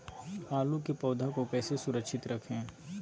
आलू के पौधा को कैसे सुरक्षित रखें?